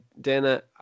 Dana